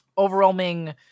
overwhelming